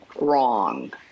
wrong